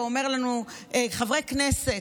ואומר לנו: חברי כנסת,